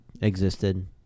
existed